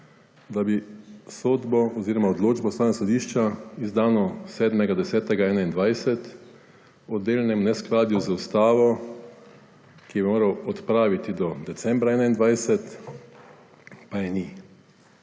da bi sodbo oziroma odločbo Ustavnega sodišča, izdano 7. 10. 2021, o delnem neskladju z Ustavo, ki bi jo moral odpraviti do decembra 2021, pa je ni.